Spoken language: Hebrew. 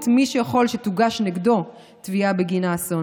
מי שיכול שתוגש נגדו תביעה בגין האסון.